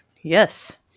Yes